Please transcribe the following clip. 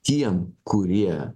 tiem kurie